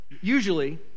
usually